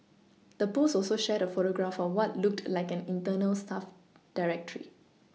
the post also shared a photograph of what looked like an internal staff directory